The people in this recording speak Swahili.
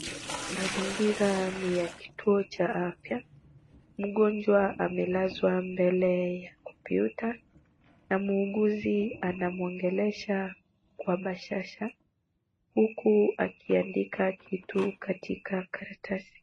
Mazingira ni ya kituo cha afya. Mgonjwa amelazwa mbele ya kompyuta na muuguzi anamwongelesha kwa bashasha huku akiandika kitu katika karatasi.